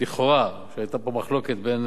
לכאורה, היתה פה מחלוקת בין